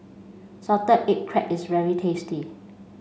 salted egg crab is very tasty